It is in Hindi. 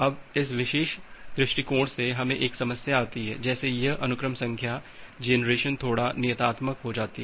अब इस विशेष दृष्टिकोण से हमें एक समस्या आती है जैसे यह अनुक्रम संख्या जनरेशन थोड़ा नियतात्मक हो जाती है